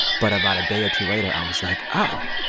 but about a day or two later, i was like, oh,